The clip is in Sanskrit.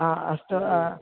अस्तु